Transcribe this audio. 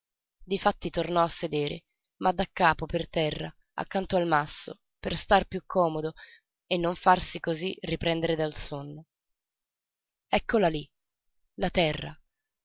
difatti tornò a sedere ma daccapo per terra accanto al masso per star piú scomodo e non farsi cosí riprendere dal sonno eccola lí la terra